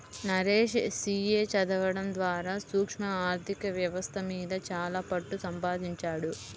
Naresh CA చదవడం ద్వారా సూక్ష్మ ఆర్ధిక వ్యవస్థ మీద చాలా పట్టుసంపాదించాడు